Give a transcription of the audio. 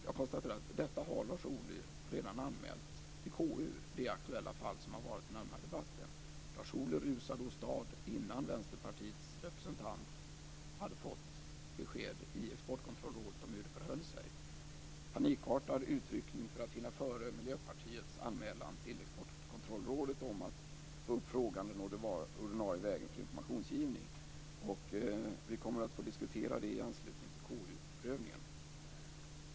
Jag konstaterar att Lars Ohly redan har anmält detta till KU, alltså det aktuella fall som har varit uppe i den här debatten. Lars Ohly rusade åstad innan Vänsterpartiets representant hade fått besked i Exportkontrollrådet om hur det förhöll sig. Det var en panikartad utryckning för att hinna före Miljöpartiets anmälan till Exportkontrollrådet om att få upp frågan den ordinarie vägen för informationsgivning. Vi kommer att få diskutera det här i anslutning till KU-prövningen.